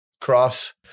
cross